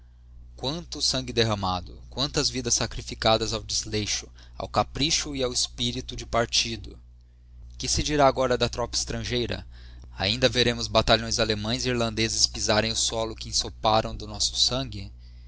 quanto sangue derramado quantas vidas sacricadas ao desleixo ao capricho e ao espirito de digo que se dirá agora da tropa estrangeira ainda veremos batalhões allemães e irlgindezes pizarera o solo que ensoparam do nosso sangue